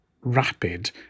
rapid